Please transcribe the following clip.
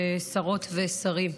שרות ושרים,